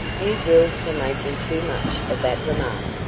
you girls are making too much of that remark,